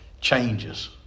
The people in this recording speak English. changes